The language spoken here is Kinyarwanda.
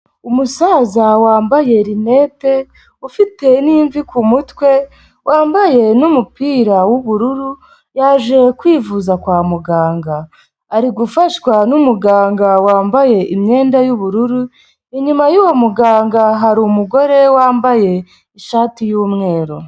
Umusaza wambaye lnette ufite ninvi kumutwe wambaye numupira wubururu yaje kwivuza kwa muganga ari gufashwa numuganga wambaye imyenda yubururu inyuma yuwo muganga harirumu umugore wambaye ishati y'umweru.